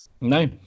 No